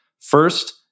First